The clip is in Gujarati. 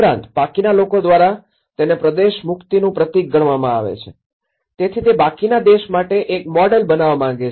ઉપરાંત બાકીના લોકો દ્વારા તેને પ્રદેશ મુક્તિનું પ્રતીક ગણવામાં આવે છે તેથી તે બાકીના દેશ માટે એક મોડેલ બનવા માંગે છે